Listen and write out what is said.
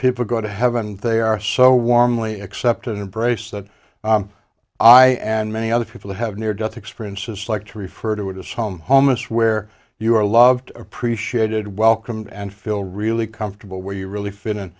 people go to heaven they are so warmly accepted embrace that i and many other people who have near death experiences like to refer to it as home home is where you are loved appreciated welcomed and feel really comfortable where you really fit in